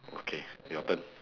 okay your turn